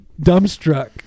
dumbstruck